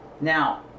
Now